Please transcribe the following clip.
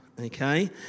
okay